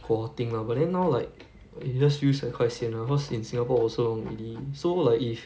cohorting lah but then now like it just feels like quite sian ah cause in singapore also really so like if